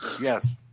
Yes